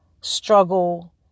struggle